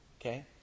Okay